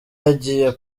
yagiye